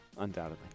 Undoubtedly